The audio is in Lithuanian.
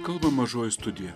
kalba mažoji studija